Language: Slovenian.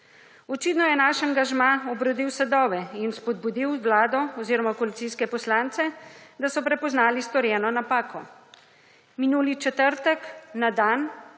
Očitno je naš angažma obrodil sadove in spodbudil Vlado oziroma koalicijske poslance, da so prepoznali storjeno napako. Minuli četrtek, na dan,